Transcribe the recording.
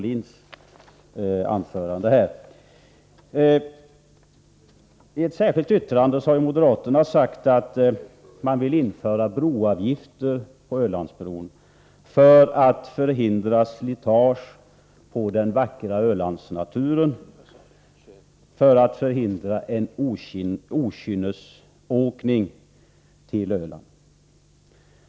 I ett särskilt yttrande har moderaterna sagt att de vill införa avgifter på Ölandsbron för att förhindra slitage på den vackra Ölandsnaturen för att förhindra okynnesåkning till Öland.